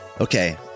Okay